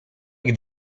ich